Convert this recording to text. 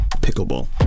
Pickleball